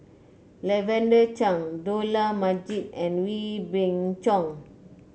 Lavender Chang Dollah Majid and Wee Beng Chong